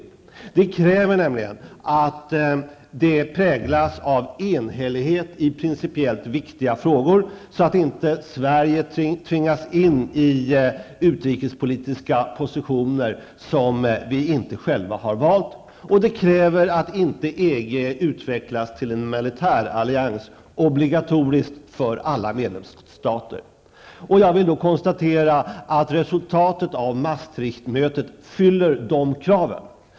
Ett sådant krav är att samarbetet skall präglas av enhällighet i principiellt viktiga frågor, så att Sverige inte tvingas in i utrikespolitiska positioner som vi inte själva har valt. Ett annat krav är att EG inte utvecklas till en militär allians, obligatorisk för alla medlemsstater. Jag vill konstatera att resultatet av Maastrichtmötet fyller de kraven.